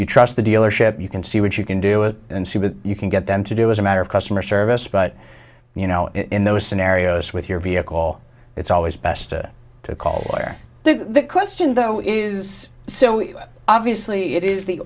you trust the dealership you can see what you can do it and see what you can get them to do is a matter of customer service but you know in those scenarios with your vehicle it's always best to call where the question though is so obviously it is the